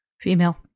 Female